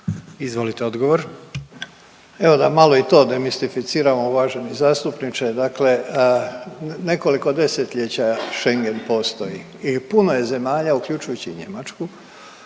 Davor (HDZ)** Evo da malo i to demistificiramo uvaženi zastupniče, dakle nekoliko 10-ljeća Schengen postoji i puno je zemalja, uključujući i Njemačku